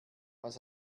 was